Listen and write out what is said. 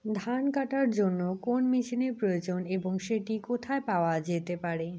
ধান কাটার জন্য কোন মেশিনের প্রয়োজন এবং সেটি কোথায় পাওয়া যেতে পারে?